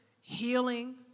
healing